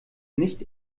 nicht